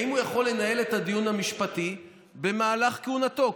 האם הוא יכול לנהל את הדיון המשפטי במהלך כהונתו?